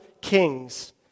kings